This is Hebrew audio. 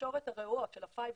התקשורת הרעועות של ה-5G,